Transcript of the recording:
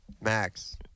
max